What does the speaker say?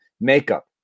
makeup